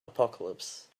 apocalypse